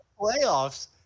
playoffs –